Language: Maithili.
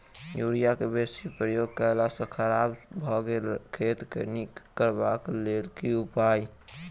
यूरिया केँ बेसी प्रयोग केला सऽ खराब भऽ गेल खेत केँ नीक करबाक लेल की उपाय?